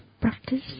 practice